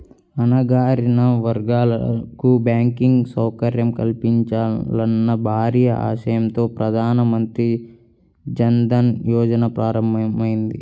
అణగారిన వర్గాలకు బ్యాంకింగ్ సౌకర్యం కల్పించాలన్న భారీ ఆశయంతో ప్రధాన మంత్రి జన్ ధన్ యోజన ప్రారంభమైంది